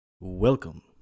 welcome